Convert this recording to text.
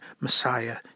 Messiah